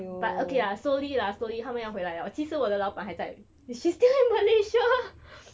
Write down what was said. but okay lah slowly lah slowly 他们要回来了其实我的老板还在 is she's still in malaysia